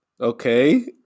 okay